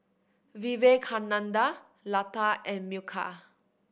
Vivekananda Lata and Milkha